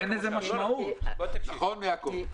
היו שינויים בעיקר של הבהרה בהמשך להערות של הייעוץ המשפטי של הוועדה,